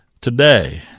Today